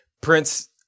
Prince